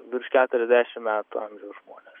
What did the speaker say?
virš keturiasdešim metų amžiaus žmones